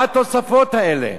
מה התוספות האלה?